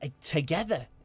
together